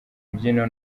mbyino